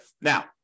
Now